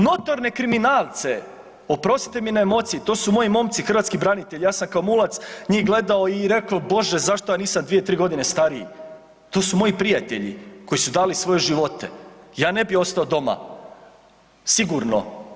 Notorne kriminalce, oprostite mi na emociji, to su moji momci, hrvatski branitelji, ja sam kao mulac njih gledao i rekao bože, zašto ja nisam 2, 3 g. stariji, to su moji prijatelji koji su dali svoje živote, ja ne bi ostao doma sigurno.